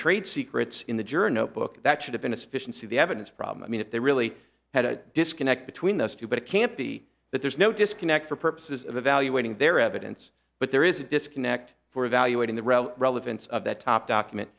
trade secrets in the journo book that should have been a sufficiency the evidence problem i mean if they really had a disconnect between those two but it can't be that there's no disconnect for purposes of evaluating their evidence but there is a disconnect for evaluating the real relevance of that top document